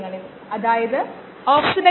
അതാണ് ഒരു bio reactor